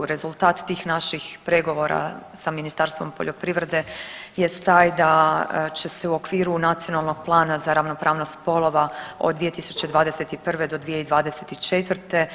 Rezultat tih naših pregovora sa Ministarstvom poljoprivrede jest taj da će se u okviru Nacionalnog plana za ravnopravnost spolova od 2021. do 2024.